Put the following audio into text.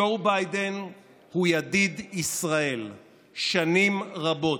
ג'ו ביידן הוא ידיד ישראל שנים רבות.